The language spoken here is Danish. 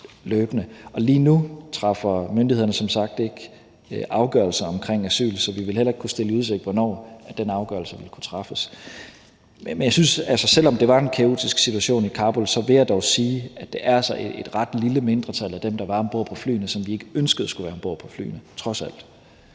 lige nu træffer myndighederne som sagt ikke afgørelser omkring asyl, så vi kan heller ikke stille dem noget i udsigt om, hvornår den afgørelse vil kunne træffes. Men selv om det var en kaotisk situation i Kabul, vil jeg dog sige, at det altså er et ret lille mindretal af dem, der var om bord på flyene, som vi ikke ønskede skulle være om bord på flyene, trods alt.